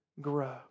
grow